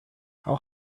how